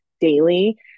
daily